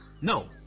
No